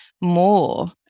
more